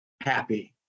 happy